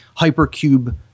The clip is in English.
hypercube